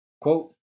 Quote